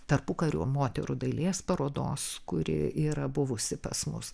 tarpukario moterų dailės parodos kuri yra buvusi pas mus